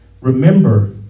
Remember